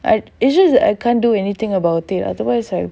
I usually I can't do anything about it otherwise I